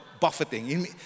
buffeting